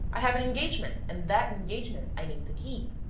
i have an engagement and that engagement i mean to keep.